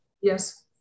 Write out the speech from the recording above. Yes